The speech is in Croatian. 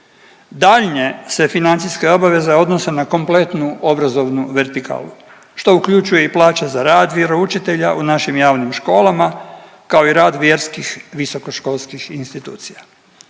Daljnje se financijske obaveze odnose na kompletnu obrazovnu vertikalu, što uključuje i plaće za rad vjeroučitelja u našim javnim školama, kao i rad vjerskih visokoškolskih institucija.